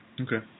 Okay